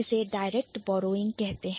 इसे Direct Borrowing कहते हैं